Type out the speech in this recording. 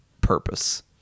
purpose